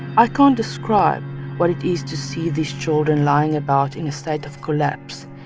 i can't describe what it is to see these children lying about in a state of collapse.